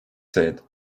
said